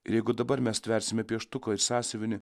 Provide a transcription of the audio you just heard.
ir jeigu dabar mes stversime pieštuką ir sąsiuvinį